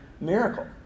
miracle